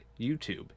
YouTube